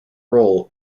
role